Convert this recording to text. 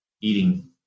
eating